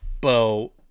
Bo